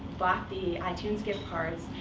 bought the itunes gift cards,